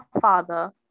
father